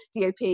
DOP